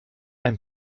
ein